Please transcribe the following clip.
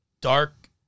dark